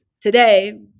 today